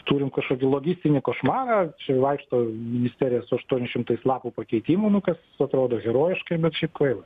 turim kažkokį logistinį košmarą čia vaikšto ministerija su aštuoniais šimtais lapų pakeitimų nu kas atrodo herojiškai bet šiaip kvaila